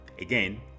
again